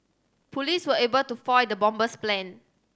police were able to foil the bomber's plan